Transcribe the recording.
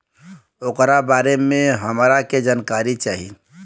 ओकरा बारे मे हमरा के जानकारी चाही?